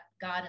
God